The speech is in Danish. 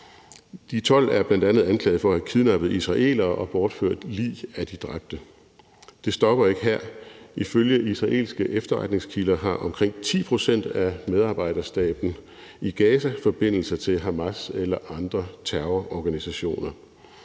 De 12 er bl.a. anklaget for at have kidnappet israelere og taget lig med af de dræbte. Det stopper ikke her. Ifølge israelske efterretningskilder har omkring 10 pct. af medarbejderstaben i Gaza forbindelser til Hamas eller andre terrororganisationer.